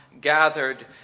gathered